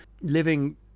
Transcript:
living